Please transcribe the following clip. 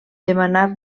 demanar